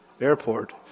Airport